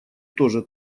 тоже